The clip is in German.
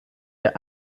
der